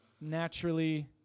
naturally